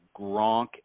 Gronk